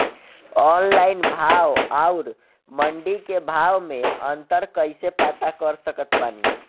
Online भाव आउर मंडी के भाव मे अंतर कैसे पता कर सकत बानी?